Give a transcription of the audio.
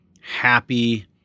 happy